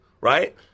right